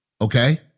okay